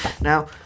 now